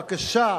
בקשה,